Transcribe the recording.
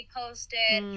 posted